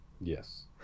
Yes